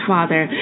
Father